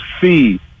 see